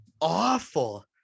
awful